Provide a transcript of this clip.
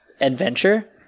adventure